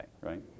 right